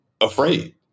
afraid